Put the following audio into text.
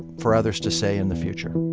for others to say, in the future